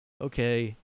okay